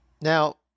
now